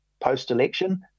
post-election